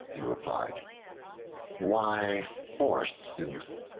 he replied why, forsooth!